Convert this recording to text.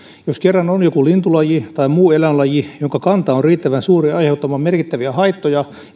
jos kerran on joku lintulaji tai muu eläinlaji jonka kanta on riittävän suuri aiheuttamaan merkittäviä haittoja